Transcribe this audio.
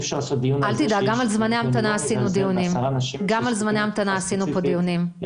ואי אפשר לעשות דיון על זה שיש עשרה אנשים שזקוקים לתרופה ספציפית,